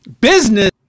Business